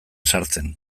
sartzen